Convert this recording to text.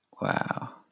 Wow